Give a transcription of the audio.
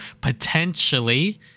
potentially